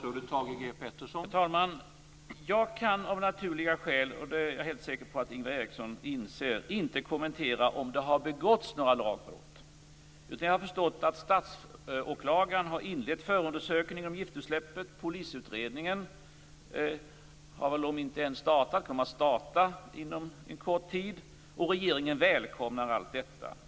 Herr talman! Jag kan av naturliga skäl - och det är jag helt säker på att Ingvar Eriksson inser - inte kommentera om det har begåtts några lagbrott. Jag har förstått att statsåklagaren har inlett förundersökning om giftutsläppet. Polisutredningen har nog inte ens startat men kommer att sättas i gång inom en kort tid. Regeringen välkomnar allt detta.